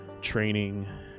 training